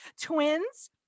twins